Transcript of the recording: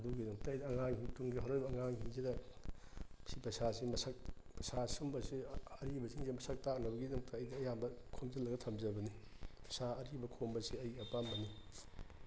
ꯑꯗꯨꯒꯤꯗꯃꯛꯇ ꯑꯩꯅ ꯑꯉꯥꯡꯁꯤꯡ ꯇꯨꯡꯒꯤ ꯍꯧꯔꯛꯏꯕ ꯑꯉꯥꯡꯁꯤꯡꯁꯤꯗ ꯁꯤ ꯄꯩꯁꯥꯁꯤ ꯃꯁꯛ ꯄꯩꯁꯥ ꯁꯨꯝꯕꯁꯤ ꯑꯔꯤꯕꯁꯤꯡꯁꯤ ꯃꯁꯛ ꯇꯥꯛꯅꯕꯒꯤꯗꯃꯛꯇ ꯑꯩꯗꯤ ꯑꯌꯥꯝꯕ ꯈꯣꯝꯖꯤꯜꯂꯒ ꯊꯝꯖꯕꯅꯤ ꯄꯩꯁꯥ ꯑꯔꯤꯕ ꯈꯣꯝꯕꯁꯦ ꯑꯩꯒꯤ ꯑꯄꯥꯝꯕꯅꯤ